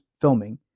filming